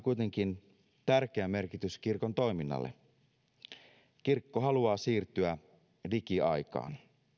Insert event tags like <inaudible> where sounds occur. <unintelligible> kuitenkin tärkeä merkitys kirkon toiminnalle kirkko haluaa siirtyä digiaikaan